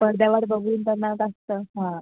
पडद्यावर बघून त्यांना तर असतं हां